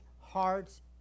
hearts